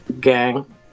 gang